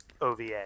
ova